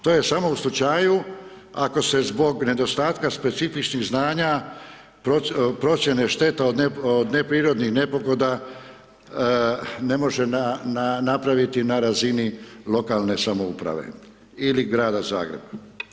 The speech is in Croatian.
To je samo u slučaju ako se zbog nedostatka specifičnih znanja, procjene štete od neprirodnih nepogoda ne može napraviti na razini lokalne samouprave ili grada Zagreba.